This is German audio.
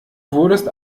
wurdest